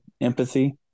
empathy